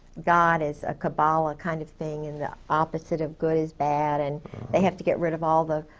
god is a cabala kind of thing and the opposite of good is bad, and they have to get rid of all the.